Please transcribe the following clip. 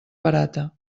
barata